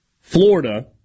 Florida